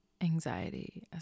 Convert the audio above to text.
anxiety